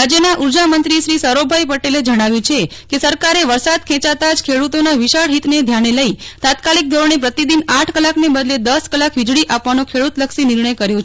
રાજ્યના ઉર્જા મંત્રી શ્રી સૌરભભાઈ પટેલે જણાવ્યું છે કે સરકારે વરસાદ ખેંચતા જ ખેડૂતોના વિશાળ હિતને ધ્યાનમાં રાખીને તાત્કાલિક ધોરણે પ્રતિદીન અથ કલાકને બદલે દસ કલાક વીજળી આપવાનો ખેડૂત લક્ષી નિર્ણય કર્યો છે